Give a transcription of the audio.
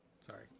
Sorry